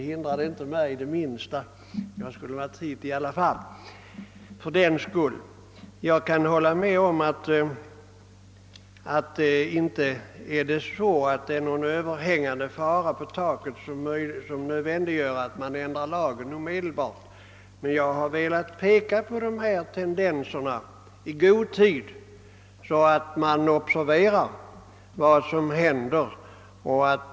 « Jag kan hålla med om att det inte är någon sådan överhängande fara att en omedelbar ändring av lagen är nödvändig. Jag har dock velat peka på dessa tendenser i god tid så att man observerar vad som händer.